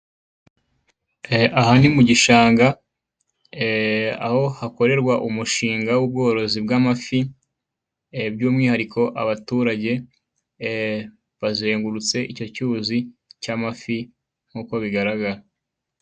Aha ni mu gishanga, aho hakorerwa umushinga w'ubworozi bw'amafi, by'umwihariko abaturage bazengurutse icyo cyuzi cy'amafi nk'uko bigaragara.